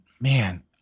man